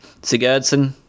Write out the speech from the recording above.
Sigurdsson